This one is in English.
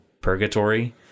purgatory